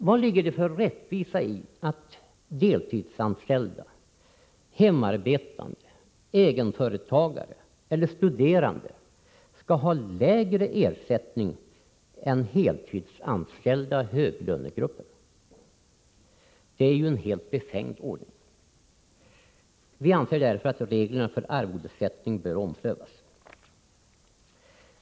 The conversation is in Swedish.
Vad finns det för rättvisa i att deltidsanställda, hemarbetande, egenföretagare eller studerande skall ha lägre ersättning än heltidsanställda höglönegrupper? Det är ju en helt befängd ordning. Reglerna för arvodessättning bör därför omprövas enligt vår åsikt.